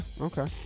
Okay